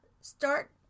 start